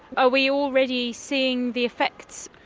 are we already seeing the effects?